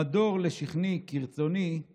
/ מדור / לשכני / כרצוני /